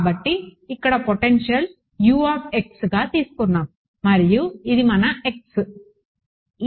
కాబట్టి ఇక్కడ potential U గా తీసుకున్నాము మరియు ఇది మన x